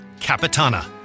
Capitana